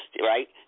right